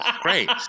great